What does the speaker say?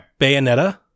Bayonetta